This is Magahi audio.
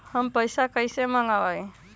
हम पैसा कईसे मंगवाई?